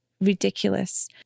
ridiculous